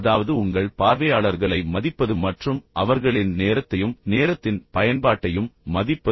அதாவது உங்கள் பார்வையாளர்களை மதிப்பது மற்றும் அவர்களின் நேரத்தையும் நேரத்தின் பயன்பாட்டையும் மதிப்பது